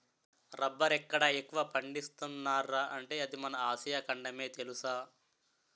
రబ్బరెక్కడ ఎక్కువ పండిస్తున్నార్రా అంటే అది మన ఆసియా ఖండమే తెలుసా?